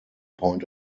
point